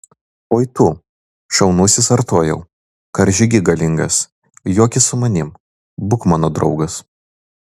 oi tu šaunusis artojau karžygy galingas joki su manimi būk mano draugas